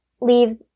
leave